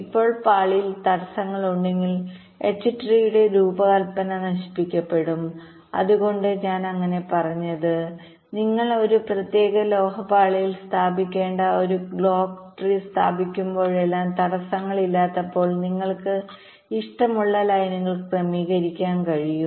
ഇപ്പോൾ പാളിയിൽ തടസ്സങ്ങളുണ്ടെങ്കിൽ എച്ച് ട്രീയുടെ രൂപകൽപ്പന നശിപ്പിക്കപ്പെടും അതുകൊണ്ടാണ് ഞാൻ അങ്ങനെ പറഞ്ഞത് നിങ്ങൾ ഒരു പ്രത്യേക ലോഹ പാളിയിൽ സ്ഥാപിക്കേണ്ട ഒരു ക്ലോക്ക് ട്രീ സ്ഥാപിക്കുമ്പോഴെല്ലാം തടസ്സങ്ങളില്ലാത്തപ്പോൾ നിങ്ങൾക്ക് ഇഷ്ടമുള്ള ലൈനുകൾ ക്രമീകരിക്കാൻ കഴിയും